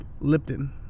Lipton